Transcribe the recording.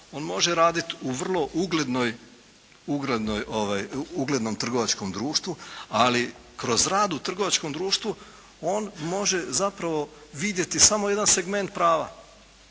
on može raditi u vrlo uglednoj, uglednom trgovačkom društvu ali kroz radu u trgovačkom društvu on može zapravo vidjeti samo jedan segment prava.